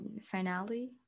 finale